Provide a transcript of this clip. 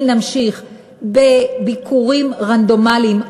אם נמשיך בביקורים רנדומליים,